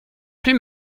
plus